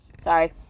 Sorry